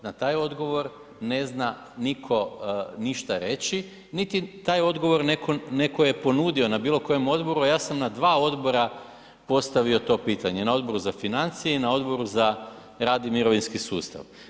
Na taj odgovor ne zna nitko ništa reći, niti je taj odgovor netko ponudio na bilo kojem odboru, a ja sam na dva odbora postavio to pitanje, na Odboru za financije i na Odboru za rad i mirovinski sustav.